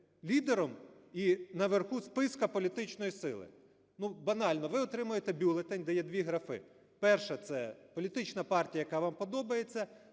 лідером і наверху списку політичної сили. Ну, банально ви отримаєте бюлетень, де є дві графи. Перша – це політична партія, яка вам подобається.